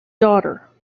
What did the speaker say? daughter